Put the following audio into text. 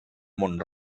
mont